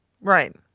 Right